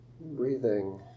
Breathing